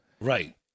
Right